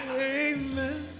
amen